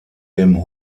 dem